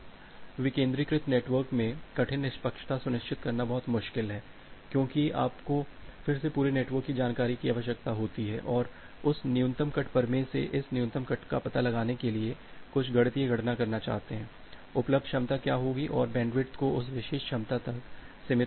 अब विकेन्द्रीकृत नेटवर्क में कठिन निष्पक्षता सुनिश्चित करना बहुत मुश्किल है क्योंकि आपको फिर से पूरे नेटवर्क की जानकारी की आवश्यकता होती है और उस न्यूनतम कट प्रमेय से इस न्यूनतम कट का पता लगाने के लिए कुछ गणितीय गणना करना चाहते हैं उपलब्ध क्षमता क्या होगी और बैंडविड्थ को उस विशेष क्षमता तक सीमित करना